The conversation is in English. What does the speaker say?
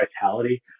vitality